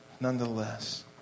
nonetheless